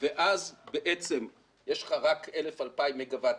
ואז בעצם יש לך רק 2,000-1,000 מגה-ואט